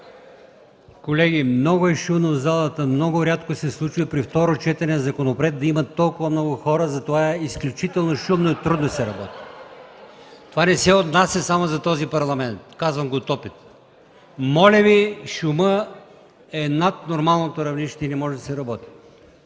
Колеги, много е шумно в залата, много рядко се случва при второ четене на законопроект да има толкова много хора, затова е изключително шумно и трудно се работи. (Смях и оживление в ГЕРБ.) Това не се отнася само за този парламент, казвам го от опит. Моля Ви, шумът е над нормалното равнище и не може да се работи.